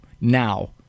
now